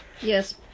yes